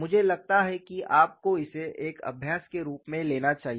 मुझे लगता है कि आपको इसे एक अभ्यास के रूप में लेना चाहिए